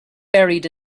buried